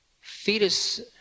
fetus